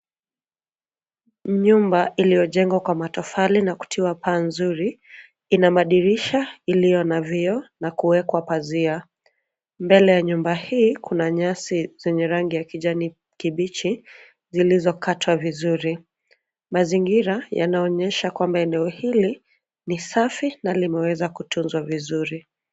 Nyumba iliyojengwa kwa matofali na kutoka paa nzuri ina madirisha iliyo na vioo na kuwekwa pazia. Mbele ya nyumba hii kuna nyasi zenye rangi ya kijani kibichi zilizokatwa vizuri. Mazingira yanaonyesha kwamba eneo hili ni safi na limeweza kutuzwa vizuri.